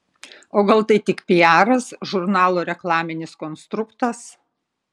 o gal tai tik piaras žurnalo reklaminis konstruktas